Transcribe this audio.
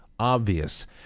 Obvious